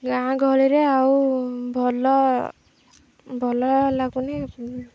ଗାଁ ଗହଳି ରେ ଆଉ ଭଲ ଭଲ ଲାଗୁନି